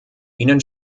ihnen